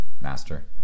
master